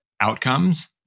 outcomes